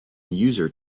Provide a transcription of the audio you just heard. user